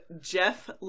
jeff